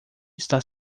está